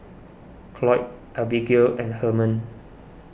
Cloyd Abigale and Herman